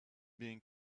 being